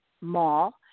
mall